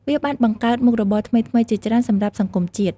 វាបានបង្កើតមុខរបរថ្មីៗជាច្រើនសម្រាប់សង្គមជាតិ។